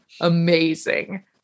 amazing